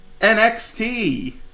NXT